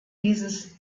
dieses